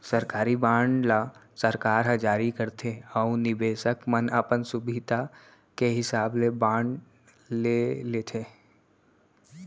सरकारी बांड ल सरकारे ह जारी करथे अउ निबेसक मन अपन सुभीता के हिसाब ले बांड ले लेथें